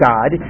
God